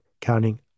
counting